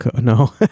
no